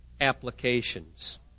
applications